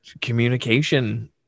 communication